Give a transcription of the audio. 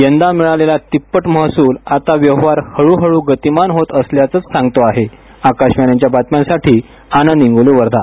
यंदा मिळालेला तिप्पट महसूल आता व्यवहार हळूहळू गतिमान होत असल्याचंच सांगतो आहे आकाशवाणी बातम्यांसाठी आनंद इंगोले वर्धा